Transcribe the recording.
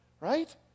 right